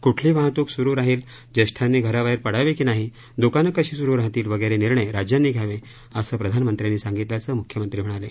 कुठली वाहतूक सुरु राहील ज्येष्ठांनी घराबाहेर पडावे का नाही दुकाने कशी सुरु राहतील वगैरे निर्णय राज्यांनी घ्यावे असं प्रधानमंत्र्यांनी सांगितल्याचं म्ख्यमंत्री म्हणाले